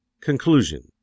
conclusion